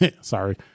Sorry